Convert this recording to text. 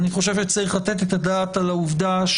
אני חושב שצריך לתת את הדעת על העובדה,